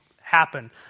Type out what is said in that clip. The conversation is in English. happen